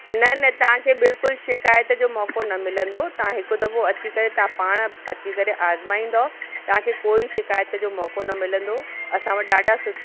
न न तव्हांखे बिल्कुलु शिकायत जो मौक़ो न मिलंदो तव्हां हिकु दफ़ो अची करे तव्हां पाणे अची करे आज़माईंदव तव्हांखे कोई शिकायत जो मौक़ो न मिलंदो असां वटि ॾाढा सु